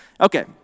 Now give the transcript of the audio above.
Okay